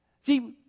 See